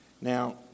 Now